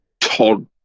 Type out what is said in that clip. Todd